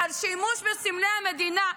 על שימוש בסמלי המדינה.